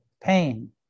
pain